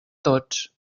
tots